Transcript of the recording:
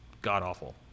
god-awful